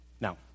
Now